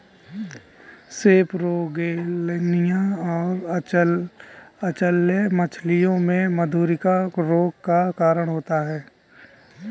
सेपरोगेलनिया और अचल्य मछलियों में मधुरिका रोग का कारण होता है